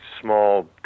small